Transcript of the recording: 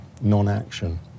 non-action